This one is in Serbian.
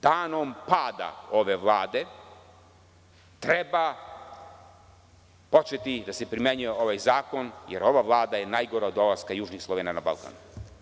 Danom pada ove Vlade treba početi da se primenjuje ovaj zakon, jer ova Vlada je najgora od dolaska južnih Slovena na Balkan.